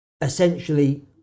essentially